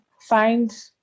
find